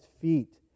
feet